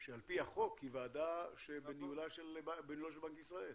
שעל פי החוק היא ועדה בניהולה של בנק ישראל.